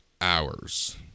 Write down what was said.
hours